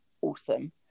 awesome